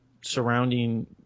surrounding